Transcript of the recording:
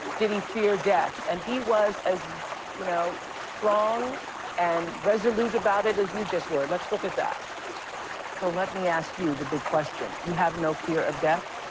did he fear death. and he was as you know strong and resolute about it as you just were. let's look at that. winfrey so, let me ask you the big question. you have no fear of death?